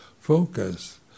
focus